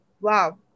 wow